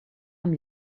amb